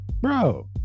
bro